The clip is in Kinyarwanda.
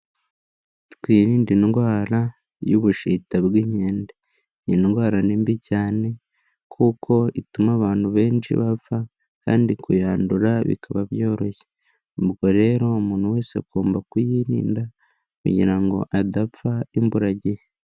Twirinde indwara y'ubushita bw'inkende ni indwara ni mbi cyane kuko ituma abantu benshi bapfa, kandi kuyandura bikaba byoroshye, ubwo rero umuntu wese agomba kuyirinda, kugira ngo adapfa imburagihe.